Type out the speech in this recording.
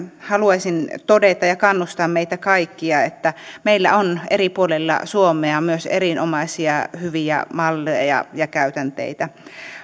haluaisin todeta ja kannustaa meitä kaikkia että meillä on eri puolilla suomea myös erinomaisia hyviä malleja ja ja käytänteitä